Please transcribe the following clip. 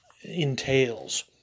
entails